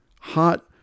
hot